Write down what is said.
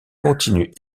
continue